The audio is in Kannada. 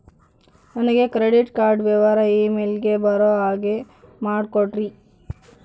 ನನಗೆ ಕ್ರೆಡಿಟ್ ಕಾರ್ಡ್ ವಿವರ ಇಮೇಲ್ ಗೆ ಬರೋ ಹಾಗೆ ಮಾಡಿಕೊಡ್ರಿ?